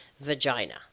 vagina